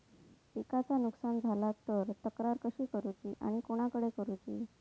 पिकाचा नुकसान झाला तर तक्रार कशी करूची आणि कोणाकडे करुची?